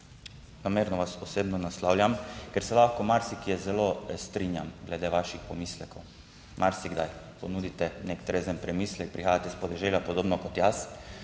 namerno vas osebno naslavljam, ker se lahko marsikje zelo strinjam glede vaših pomislekov. Marsikdaj ponudite nek trezen premislek. Prihajate s podeželja podobno kot jaz.